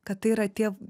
kad tai yra tie